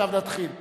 עכשיו נתחיל.